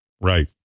Right